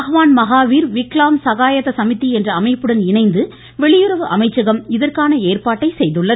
பகவான் மகாவீர் விக்லாம் சகாயத சமிதி என்ற அமைப்புடன் இணைந்து வெளியுறவு அமைச்சகம் இதற்கான ஏற்பாட்டை செய்துள்ளது